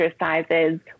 exercises